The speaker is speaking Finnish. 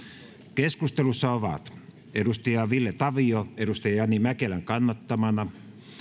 keskustelussa ovat ville tavio jani mäkelän kannattamana